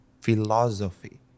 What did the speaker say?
philosophy